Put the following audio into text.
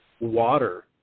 water